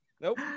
Nope